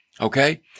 Okay